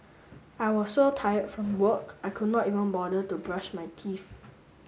I was so tired from work I could not even bother to brush my teeth